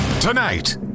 Tonight